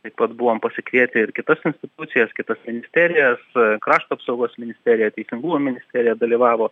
taip pat buvom pasikvietę ir kitas institucijas kitas ministerijas krašto apsaugos ministerija teisingumo ministerija dalyvavo